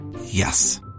Yes